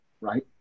Right